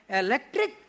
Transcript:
electric